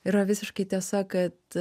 yra visiškai tiesa kad